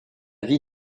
vie